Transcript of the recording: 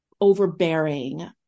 overbearing